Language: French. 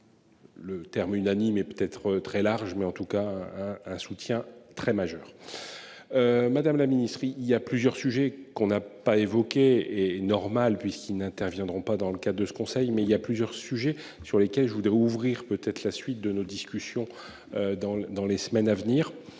Le terme unanime et peut être très large mais en tout cas un un soutien très majeur. Madame la ministre, il y a plusieurs sujets qu'on n'a pas évoqué est normal puisqu'ils n'interviendront pas dans le cas de ce conseil, mais il y a plusieurs sujets sur lesquels je voudrais ouvrir peut-être la suite de nos discussions. Dans, dans les semaines à venir.